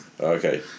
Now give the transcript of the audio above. Okay